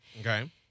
Okay